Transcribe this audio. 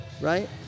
right